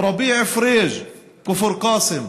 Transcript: רביע פריג' כפר קאסם,